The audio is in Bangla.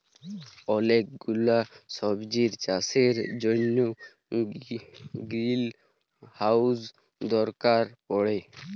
ওলেক গুলা সবজির চাষের জনহ গ্রিলহাউজ দরকার পড়ে